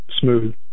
Smooth